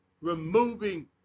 removing